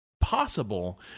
possible